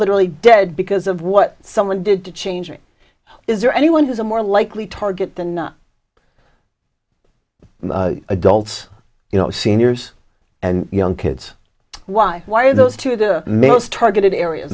literally dead because of what someone did to change it is there anyone who's a more likely target than not adults you know seniors and young kids why why are those two males targeted area